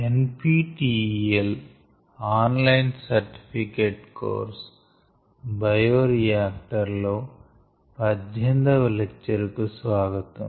NPTEL online certificate course bioreactors లో 18వ lecture కు స్వాగతం